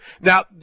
Now